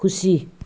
खुसी